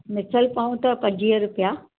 मिसल पाव त पंजवीह रुपया